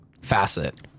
facet